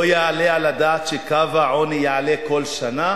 לא יעלה על הדעת שקו העוני יעלה כל שנה